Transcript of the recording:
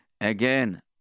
Again